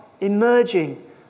emerging